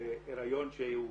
להריון שהוא נפסד,